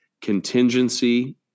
contingency